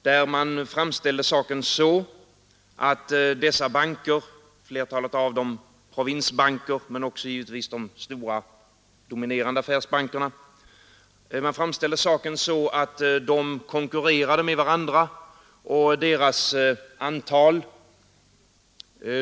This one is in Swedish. Där framställde man saken så att dessa banker — flertalet av dem var provinsbanker, men de stora dominerande affärsbankerna fanns givetvis också med — konkurrerade med varandra.